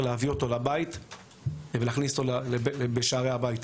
להביא אותו לבית ולהכניס אותו בשערי הבית.